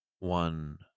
one